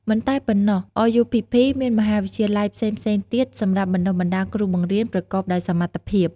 មិនតែប៉ុណ្ណោះRUPPមានមហាវិទ្យាល័យផ្សេងៗទៀតសម្រាប់បណ្តុះបណ្តាលគ្រូបង្រៀនប្រកបដោយសមត្ថភាព។